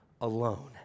alone